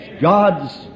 God's